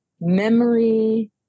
memory